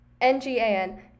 N-G-A-N